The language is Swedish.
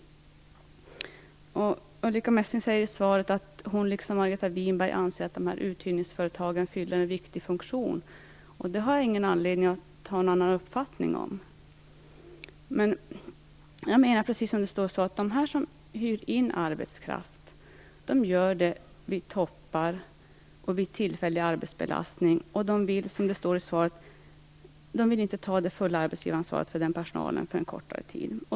Ulrica Messing säger i svaret att hon, liksom Margareta Winberg, anser att uthyrningsföretagen fyller i en viktig funktion. Det har jag ingen anledning att ha en annan uppfattning om. Men jag menar, precis som det står i svaret, att de som hyr in arbetskraft gör det vid toppar och vid tillfällig arbetsbelastning. De vill, som det står i svaret, inte ta det fulla arbetsgivaransvaret för denna personal för en kortare tid.